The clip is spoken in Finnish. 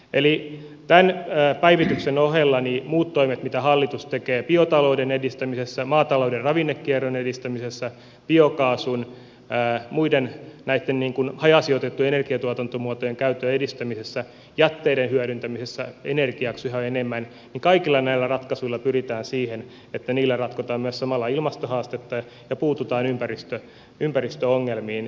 eli tämän päivityksen ohella muilla toimilla mitä hallitus tekee biotalouden edistämisessä maatalouden ravinnekierron edistämisessä biokaasun muiden näitten hajasijoitettujen energiatuotantomuotojen käytön edistämisessä jätteiden hyödyntämisessä energiaksi yhä enemmän kaikilla näillä ratkaisuilla pyritään siihen että niillä ratkotaan myös samalla ilmastohaastetta ja puututaan ympäristöongelmiin